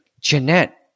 Jeanette